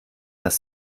dass